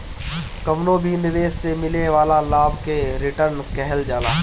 कवनो भी निवेश से मिले वाला लाभ के रिटर्न कहल जाला